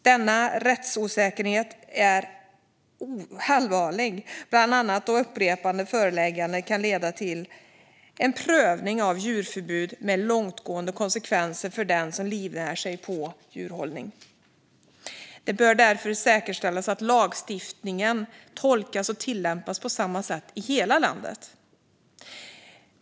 Denna rättsosäkerhet är allvarlig, bland annat då upprepade förelägganden kan leda till en prövning av djurförbud med långtgående konsekvenser för den som livnär sig på djurhållning. Det bör därför säkerställas att lagstiftningen tolkas och tillämpas på samma sätt i hela landet.